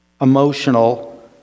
emotional